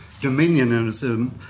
dominionism